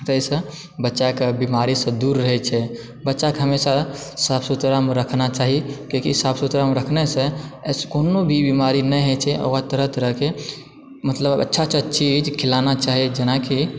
एहिसँ बच्चा के बीमारी सँ दूर रहै छै बच्चा के हमेशा साफ सुथरा मे रखना चाही कियाकि साफ़ सुथरा मे रखना सँ कोनो भी बीमारी नहि होइ छै ओकरा तरह तरह के मतलब अच्छा अच्छा चीज खिलाना चाही जेनाकि